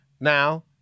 Now